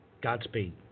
Godspeed